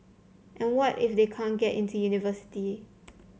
and what if they can't get into university